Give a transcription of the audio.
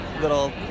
little